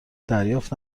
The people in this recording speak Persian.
دریافت